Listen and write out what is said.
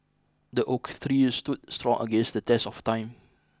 the oak tree stood strong against the test of time